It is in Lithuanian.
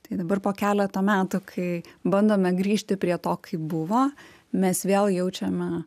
tai dabar po keleto metų kai bandome grįžti prie to kaip buvo mes vėl jaučiame